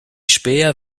späher